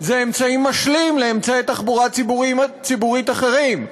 זה אמצעי משלים לאמצעי תחבורה ציבורית אחרים,